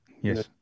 Yes